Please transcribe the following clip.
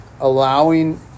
allowing